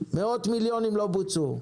מאות מליונים לא בוצעו.